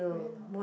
very long